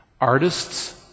Artists